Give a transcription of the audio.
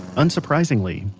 unsurprisingly,